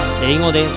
English